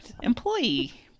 employee